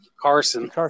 Carson